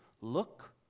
look